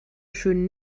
schön